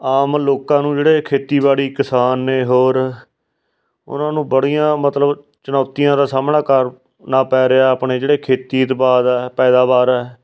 ਆਮ ਲੋਕਾਂ ਨੂੰ ਜਿਹੜੇ ਖੇਤੀਬਾੜੀ ਕਿਸਾਨ ਨੇ ਹੋਰ ਉਹਨਾਂ ਨੂੰ ਬੜੀਆਂ ਮਤਲਬ ਚੁਣੌਤੀਆਂ ਦਾ ਸਾਹਮਣਾ ਕਰਨਾ ਪੈ ਰਿਹਾ ਆਪਣੇ ਜਿਹੜੇ ਖੇਤੀ ਉਤਪਾਦ ਪੈਦਾਵਾਰ ਹੈ